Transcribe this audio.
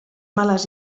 malas